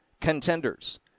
contenders